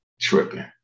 tripping